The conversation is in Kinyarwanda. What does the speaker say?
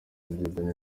dieudonné